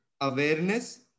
awareness